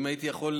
אם הייתי יכול,